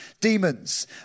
demons